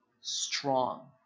Strong